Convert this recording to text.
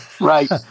Right